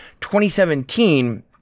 2017